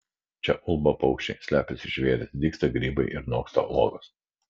čia ulba paukščiai slepiasi žvėrys dygsta grybai ir noksta uogos